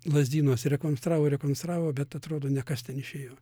lazdynuose rekonstravo rekonstravo bet atrodo ne kas ten išėjo